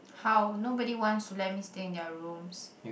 how nobody wants to let me stay in their rooms